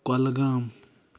Kulgam